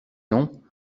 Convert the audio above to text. non